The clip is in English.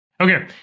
okay